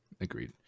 agreed